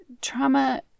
trauma